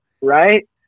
right